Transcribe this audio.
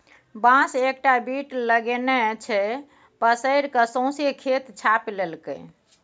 बांस एकटा बीट लगेने छै पसैर कए सौंसे खेत छापि लेलकै